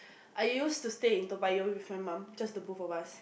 I used to stay in Toa-Payoh with my mum just the both of us